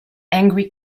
angry